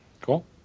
Cool